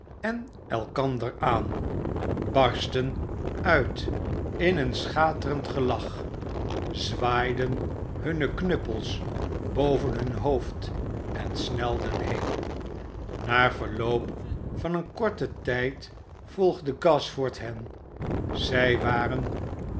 en elkander aan barstten uit in een schaterend gelach zwaaiden hunne knuppels boven hun hoofd en snelden heen na verloop van een korten tijd volgde gashford hen zij waren